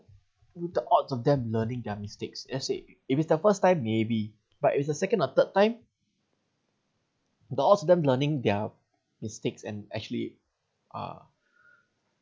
with the odds of them learning their mistakes let's say if it's the first time maybe but if it's the second or third time the odds of them learning their mistakes and actually are